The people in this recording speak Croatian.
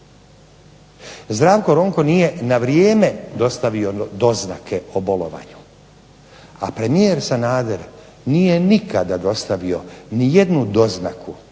Zdravko Ronko nije na vrijeme dostavio doznake o bolovanju, a premijer Sanader nije nikada dostavio ni jednu doznaku